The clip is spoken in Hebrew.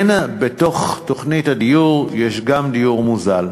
כן, בתוך תוכנית הדיור יש גם דיור מוזל.